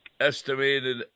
estimated